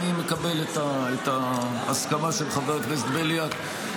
אני מקבל את ההסכמה של חבר הכנסת בליאק,